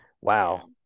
wow